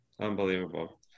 Unbelievable